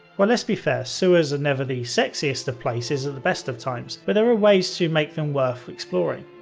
well, let's be fair, sewers are never the sexiest of places at the best of times, but there are ways to make them worth exploring.